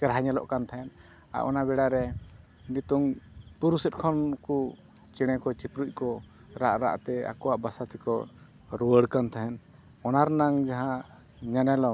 ᱪᱮᱨᱦᱟ ᱧᱮᱞᱚᱜ ᱠᱟᱱ ᱛᱟᱦᱮᱸ ᱟᱨ ᱚᱱᱟ ᱵᱮᱲᱟ ᱨᱮ ᱱᱤᱛᱚᱜ ᱯᱩᱨᱩᱵ ᱥᱮᱫ ᱠᱷᱚᱱ ᱠᱚ ᱪᱮᱬᱮ ᱠᱚ ᱪᱤᱯᱨᱩᱫ ᱠᱚ ᱨᱟᱜᱽ ᱨᱟᱜᱽᱛᱮ ᱟᱠᱚᱣᱟᱜ ᱵᱟᱥᱟ ᱛᱮᱠᱚ ᱨᱩᱣᱟᱹᱲ ᱠᱟᱱ ᱛᱟᱦᱮᱸ ᱚᱱᱟ ᱨᱮᱱᱟᱜ ᱡᱟᱦᱟᱸ ᱧᱮᱱᱮᱞᱚᱢ